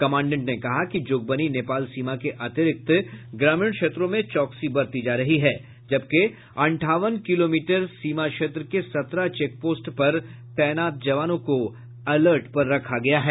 commandant ने कहा कि जोगबनी नेपाल सीमा के अतिरिक्त ग्रामीण क्षेत्रों में चौकसी बरती जा रही है जबकि अंठावन किलोमीटर सीमा क्षेत्र के सत्रह चेक पोस्ट पर तैनात जवानों को अलर्ट पर रखा गया है